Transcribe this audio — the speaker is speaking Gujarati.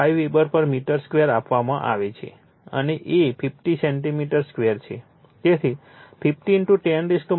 5 વેબર પર મીટર સ્ક્વેર આપવામાં આવે છે અને A 50 સેન્ટિમીટર સ્ક્વેર છે તેથી 50 10 4 મીટર સ્ક્વેર છે